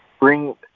bring